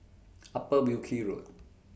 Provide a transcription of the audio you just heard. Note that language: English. Upper Wilkie Road